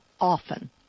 often